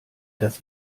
das